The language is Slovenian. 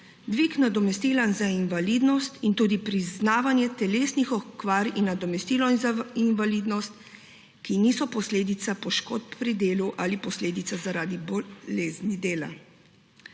dvig nadomestila za invalidnost in tudi priznavanje telesnih okvar in nadomestilo za invalidnost, ki niso posledica poškodb pri delu ali posledica zaradi bolezni dela.